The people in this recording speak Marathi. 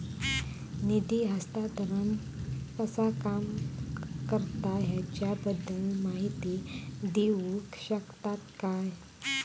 निधी हस्तांतरण कसा काम करता ह्याच्या बद्दल माहिती दिउक शकतात काय?